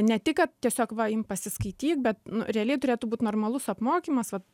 ne tik kad tiesiog va imk pasiskaityk bet nu realiai turėtų būt normalus apmokymas vat